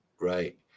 Right